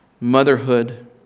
motherhood